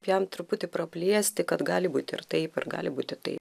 jam truputį praplėsti kad gali būti ir taip ir gali būti taip